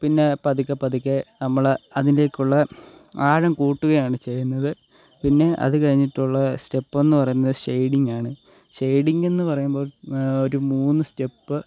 പിന്നെ പതുക്കെ പതുക്കെ നമ്മൾ അതിലേക്കുള്ള ആഴം കൂട്ടുകയാണ് ചെയ്യുന്നത് പിന്നെ അത് കഴിഞ്ഞിട്ടുള്ള സ്റ്റെപ്പ് എന്ന് പറയുന്നത് ഷെയ്ഡിങ് ആണ് ഷെയ്ഡിങ് എന്ന് പറയുമ്പോൾ ഒരു മൂന്ന് സ്റ്റെപ്പ്